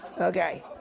Okay